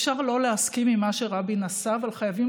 אפשר לא להסכים עם מה שרבין עשה אבל חייבים